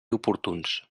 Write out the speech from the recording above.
oportuns